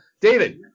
David